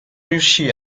riuscì